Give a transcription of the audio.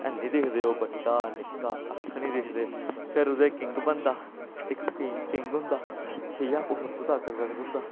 हैनी दिखदे ओह् बड्डा निक्का कक्ख निं दिखदे फिर ओह्दे किंग बनदा इक किंग होंदा ठीक ऐ ओह् सब तूं ताकतबर होंदा